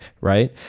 right